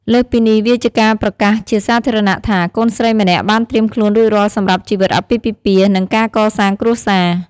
លើសពីនេះ វាជាការប្រកាសជាសាធារណៈថា កូនស្រីម្នាក់បានត្រៀមខ្លួនរួចរាល់សម្រាប់ជីវិតអាពាហ៍ពិពាហ៍ និងការកសាងគ្រួសារ។